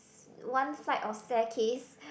s~ one flight of staircase